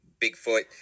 bigfoot